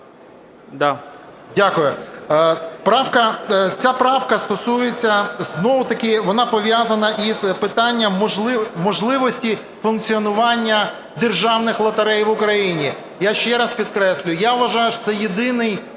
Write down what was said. знову-таки вона пов'язана із питанням можливості функціонування державних лотерей в Україні. Я ще раз підкреслюю, я вважаю, що це єдиний